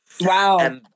Wow